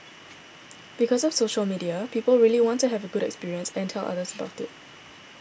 because of social media people really want to have a good experience and tell others about it